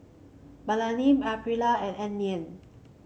Balina Aprilia and Anlene